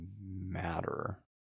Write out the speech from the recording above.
matter